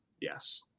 Yes